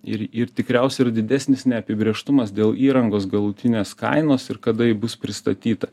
ir ir tikriausia yra didesnis neapibrėžtumas dėl įrangos galutinės kainos ir kada ji bus pristatyta